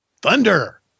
Thunder